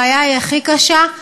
הבעיה היא הכי קשה.